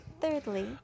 thirdly